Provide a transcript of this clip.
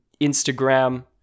Instagram